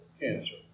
cancer